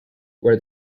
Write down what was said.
where